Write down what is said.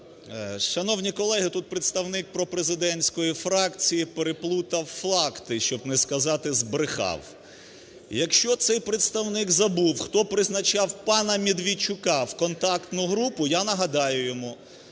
Шановні колеги, тут представник пропрезидентської фракції переплутав факти, щоб не сказати, збрехав. Якщо цей представник забув, хто призначав пана Медведчука в контактну групу, я нагадаю йому,